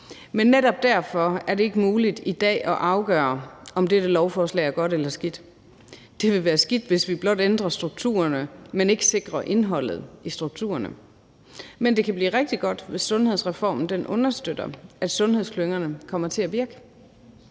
men netop derfor er det ikke muligt i dag at afgøre, om dette lovforslag er godt eller skidt. Det vil være skidt, hvis vi blot ændrer strukturerne, men ikke sikrer indholdet i strukturerne. Men det kan blive rigtig godt, hvis sundhedsreformen understøtter, at sundhedsklyngerne kommer til at virke.